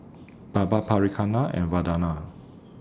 Baba Priyanka and Vandana